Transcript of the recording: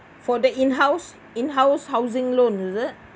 for the in house in house housing loan is it